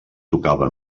tocava